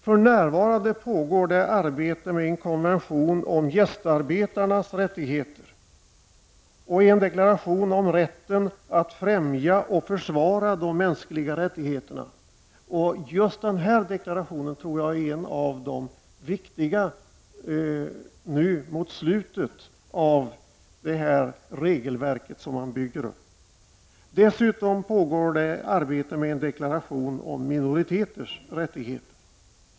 För närvarande pågår ett arbete med en konvention om gästarbetarnas rättigheter och en deklaration om rätten att främja och försvara de mänskliga rättigheterna. Just den deklarationen tror jag är en viktig del i slutet av det regelverk som nu byggs upp. Dessutom pågår arbete med en deklaration om minoriteters rättigheter.